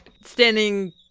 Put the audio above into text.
standing